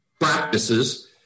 practices